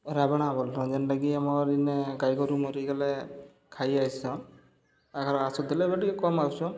ରାବ୍ଣା ବଲ୍ସନ୍ ଯେନ୍ଟାକି ଆମର୍ ଇନେ ଗାଈଗୋରୁ ମରିଗଲେ ଖାଇ ଆଏସନ୍ ଆଘରେ ଆସୁଥିଲେ ଏବେ ଟିକେ କମ୍ ଆସୁଛନ୍